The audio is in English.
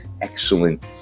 excellent